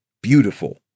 beautiful